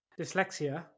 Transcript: Dyslexia